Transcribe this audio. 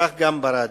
כך גם ברדיו.